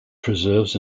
preserves